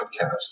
podcast